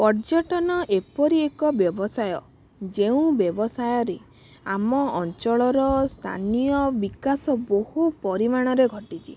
ପର୍ଯ୍ୟଟନ ଏପରି ଏକ ବ୍ୟବସାୟ ଯେଉଁ ବ୍ୟବସାୟରେ ଆମ ଅଞ୍ଚଳର ସ୍ଥାନୀୟ ବିକାଶ ବହୁ ପରିମାଣରେ ଘଟିଛି